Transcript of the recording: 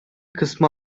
kısmı